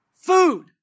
food